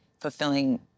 fulfilling